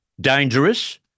dangerous